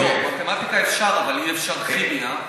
לא, מתמטיקה אפשר, אבל אי-אפשר כימיה.